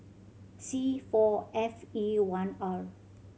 C four F E one R